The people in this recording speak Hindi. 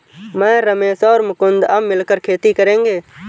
मैं, रमेश और मुकुंद अब मिलकर खेती करेंगे